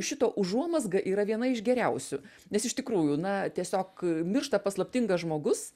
šito užuomazga yra viena iš geriausių nes iš tikrųjų na tiesiog miršta paslaptingas žmogus